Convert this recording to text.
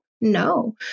No